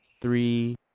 three